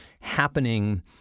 happening